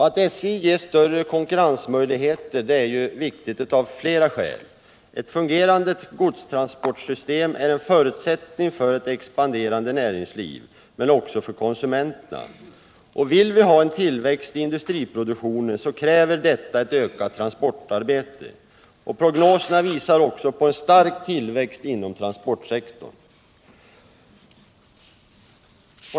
Att SJ ges större konkurrensmöjligheter är viktigt av flera skäl. Ett fungerande godstransportsystem är en förutsättning för ett expanderande näringsliv men är också av betydelse för konsumenterna. Vill vi ha en tillväxt i industriproduktionen, kräver detta ett ökat transportarbete. Prognoserna visar också på en stark tillväxt inom transportsektorn.